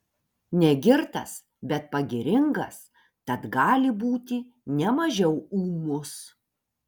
negirtas bet pagiringas tad gali būti ne mažiau ūmus